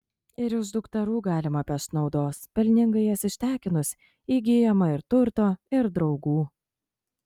ir iš dukterų galima pešt naudos pelningai jas ištekinus įgyjama ir turto ir draugų